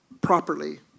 properly